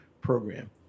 program